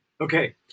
Okay